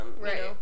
right